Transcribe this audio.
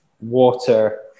water